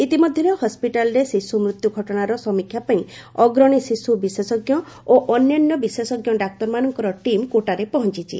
ଇତିମଧ୍ୟରେ ହସ୍କିଟାଲରେ ଶିଶୁ ମୃତ୍ୟୁ ଘଟଣାର ସମୀକ୍ଷା ପାଇଁ ଅଗ୍ରଣୀ ଶିଶୁ ବିଶେଷଜ୍ଞ ଓ ଅନ୍ୟାନ୍ୟ ବିଶେଷଜ୍ଞ ଡାକ୍ତରମାନଙ୍କର ଟିମ୍ କୋଟାରେ ପହଞ୍ଚିଛି